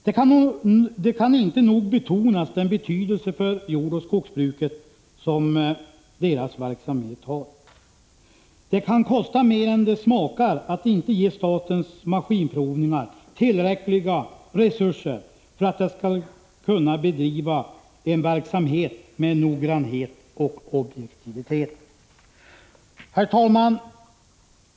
Det kan inte nog betonas vilken betydelse för jordoch skogsbruket denna verksamhet har. Det kan kosta mer än det smakar att inte ge statens maskinprovningar tillräckliga resurser för att kunna bedriva en verksamhet med noggrannhet och objektivitet. Herr talman!